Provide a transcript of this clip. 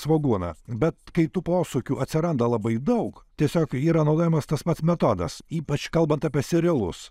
svogūną bet kai tų posakių atsiranda labai daug tiesiog yra naudojamas tas pats metodas ypač kalbant apie serialus